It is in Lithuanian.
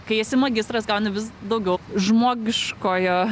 kai esi magistras gauni vis daugiau žmogiškojo